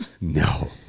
No